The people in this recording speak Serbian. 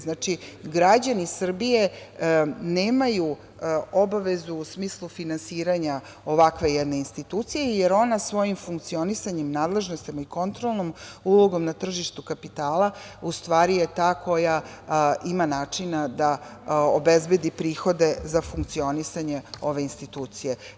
Znači, građani Srbije nemaju obavezu u smislu finansiranja ovakve jedne institucije, jer ona svojim funkcionisanjem, nadležnostima i kontrolnom ulogom na tržištu kapitala u stvari je ta koja ima načina da obezbedi prihode za funkcionisanje ove institucije.